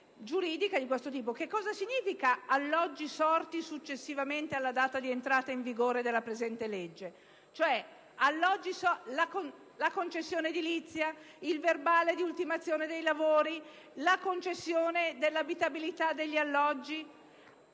giuridica di questo tipo. Che significa «alloggi sorti successivamente alla data di entrata in vigore della presente legge»? Si fa riferimento alla concessione edilizia, al verbale di ultimazione dei lavori, alla concessione dell'abitabilità degli alloggi?